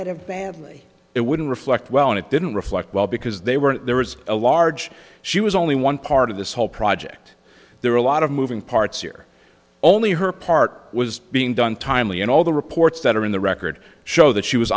badly it wouldn't reflect well and it didn't reflect well because they weren't there was a large she was only one part of this whole project there are a lot of moving parts here only her part was being done timely and all the reports that are in the record show that she was